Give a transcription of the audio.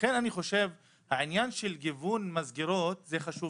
ולכן אני חושב העניין של גיוון מסגרות זה חשוב